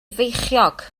feichiog